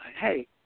hey